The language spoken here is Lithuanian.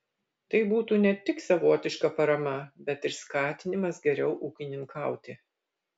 tai būtų ne tik savotiška parama bet ir skatinimas geriau ūkininkauti